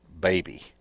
baby